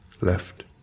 left